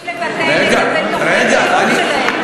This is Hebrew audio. צריך לבטל את ביטוחי הבריאות שלהם,